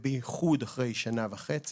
ואני חושב שזו עוד דוגמה קיצונית במיוחד,